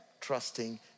trusting